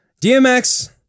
DMX